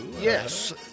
Yes